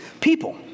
people